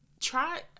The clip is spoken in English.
Try